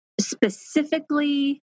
specifically